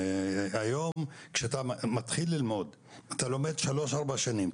היום כשאתה מתחיל ללמוד אתה לומד 4-3 שנים.